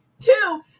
two